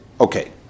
Okay